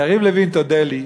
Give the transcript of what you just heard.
יריב לוין, תודֶה לי,